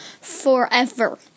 forever